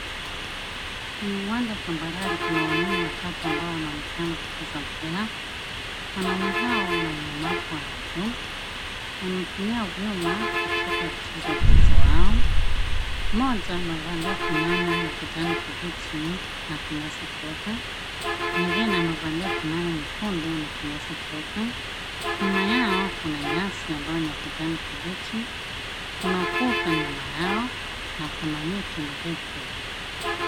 Kwenye uwanja tambarare kuna wanaume watatu ambao wanaonekana wakicheza mpira. Wanaume hawa wana ulemavu wa miguu. Wanatumia vyuma katika kucheza mchezo wao. Mmoja amevalia fulani ya kijani kibichi na kinyasa cheupe, mwengine amevalia fulana nyekundu na kinyasa cheupe. Nyuma yao kuna nyasi ambayo ni ya kijani kibichi ,kuna kuta nyuma yao na kuna miti mirefu.